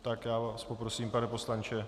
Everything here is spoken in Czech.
Tak já vás poprosím, pane poslanče...